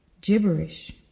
Gibberish